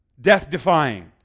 Death-defying